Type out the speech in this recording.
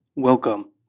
Welcome